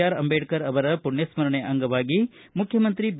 R Ambedkar ಅವರ ಪುಣ್ಣಸ್ಕರಣೆ ಅಂಗವಾಗಿ ಮುಖ್ಣಮಂತ್ರಿ ಬಿ